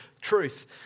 truth